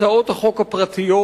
הצעות החוק הפרטיות,